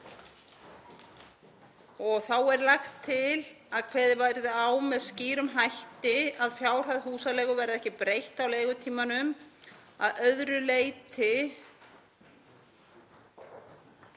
Þá er lagt til að kveðið verði með skýrum hætti á um að fjárhæð húsaleigu verði ekki breytt á leigutímanum að öðru leyti